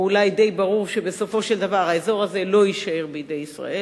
או אולי די ברור שבסופו של דבר האזור הזה לא יישאר בידי ישראל.